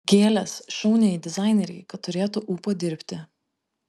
gėlės šauniajai dizainerei kad turėtų ūpo dirbti